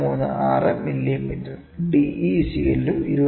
722 23